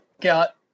got